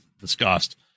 discussed